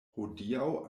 hodiaŭ